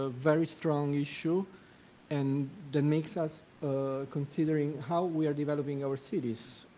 ah very strong issue and that makes us considering how we are developing our cities